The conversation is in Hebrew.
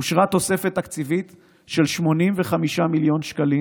אושרה תוספת תקציבית של 85 מיליון שקלים